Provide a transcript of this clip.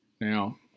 Now